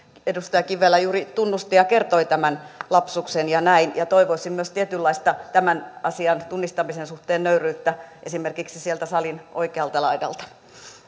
edustaja kivelä juuri tunnusti ja kertoi tämän lapsuksen ja näin ja toivoisin myös tietynlaista nöyryyttä tämän asian tunnistamisen suhteen esimerkiksi sieltä salin oikealta laidalta